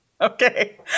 Okay